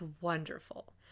wonderful